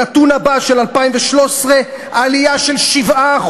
הנתון הבא, של 2013, עלייה של 7%,